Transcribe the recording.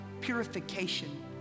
purification